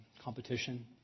competition